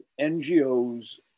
NGOs